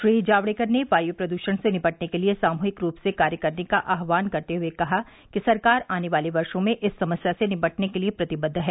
श्री जावडेकर ने वायु प्रदृषण से निपटने के लिए सामूहिक रूप से कार्य करने का आह्वान करते हुए कहा कि सरकार आने वाले वर्षो में इस समस्या से निपटने के लिए प्रतिबद्ध है